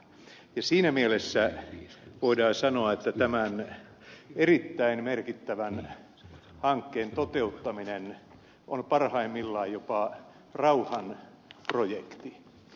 siinä mielessä voidaan sanoa että tämän erittäin merkittävän hankkeen toteuttaminen on parhaimmillaan jopa rauhanprojekti